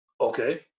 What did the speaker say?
okay